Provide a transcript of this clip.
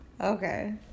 Okay